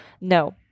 no